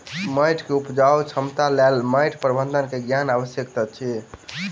माइट के उपजाऊ क्षमताक लेल माइट प्रबंधन के ज्ञान आवश्यक अछि